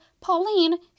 Pauline